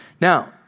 Now